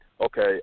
okay